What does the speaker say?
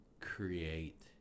create